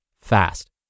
fast